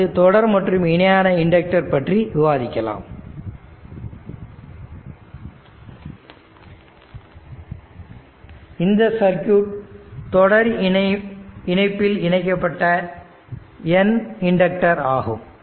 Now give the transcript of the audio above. அடுத்து தொடர் மற்றும் இணையான இண்டக்டர் பற்றி விவாதிக்கலாம் இந்த சர்க்யூட் தொடர் இணைப்பில் இணைக்கப்பட்ட N இண்டக்டர் ஆகும்